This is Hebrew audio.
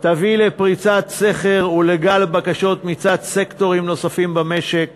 תביא לפריצת סכר ולגל בקשות מצד סקטורים נוספים במשק